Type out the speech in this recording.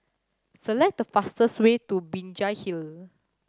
select the fastest way to Binjai Hill